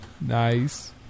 Nice